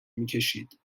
میکشید